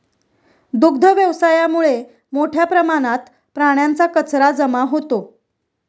दुग्ध व्यवसायामुळे मोठ्या प्रमाणात प्राण्यांचा कचरा जमा होतो